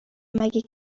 مگه